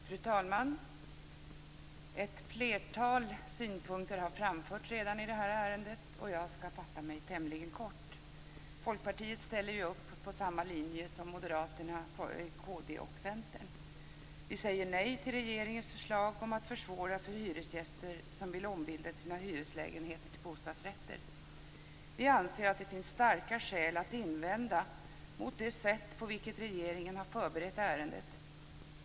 Fru talman! Ett flertal synpunkter har redan framförts i detta ärende, och jag skall fatta mig tämligen kort. Folkpartiet ställer upp på samma linje som Moderaterna, kd och Centern. Vi säger nej till regeringens förslag om att försvåra för hyresgäster som vill ombilda sina hyreslägenheter till bostadsrätter. Vi anser att det finns starka skäl att invända mot det sätt på vilket regeringen har förberett ärendet.